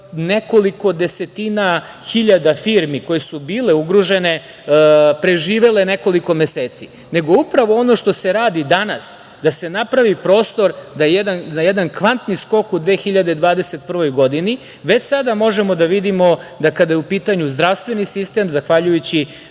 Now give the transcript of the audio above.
nekoliko desetina hiljada firmi koje su bile ugrožene preživele nekoliko meseci, nego upravo ono što se radi danas, da se napravi prostor za jedan kvantni skok u 2021. godini. Već sada možemo da vidimo da kada je u pitanju zdravstveni sistem, zahvaljujući